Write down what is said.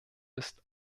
ist